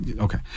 okay